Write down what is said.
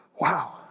Wow